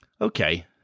Okay